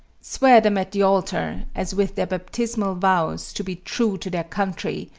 swear them at the altar, as with their baptismal vows, to be true to their country,